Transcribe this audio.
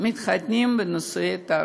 מתחתנים בנישואי תערובת.